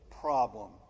problem